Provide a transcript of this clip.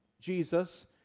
Jesus